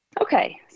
Okay